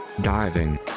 diving